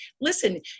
listen